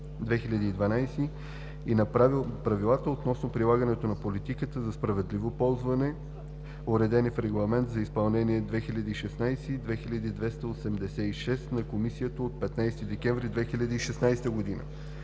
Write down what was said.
и на правилата относно прилагането на политиката за справедливо ползване, уредени в Регламент за изпълнение (ЕС) 2016/2286 на Комисията от 15 декември 2016 г.